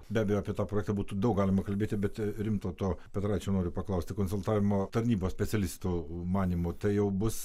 be abejo apie tą prekę būtų daug galima kalbėti bet rimtauto petraičio noriu paklausti konsultavimo tarnybos specialistų manymu tai jau bus